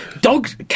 dogs